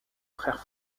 frères